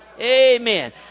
Amen